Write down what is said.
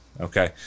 okay